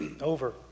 over